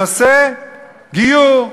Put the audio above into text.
הגיור,